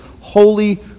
holy